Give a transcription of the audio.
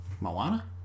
Moana